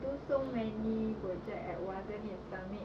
do so many project at once then need to submit